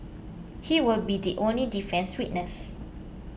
he will be the only defence witness